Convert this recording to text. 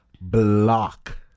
block